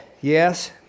yes